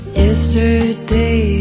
Yesterday